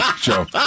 Joe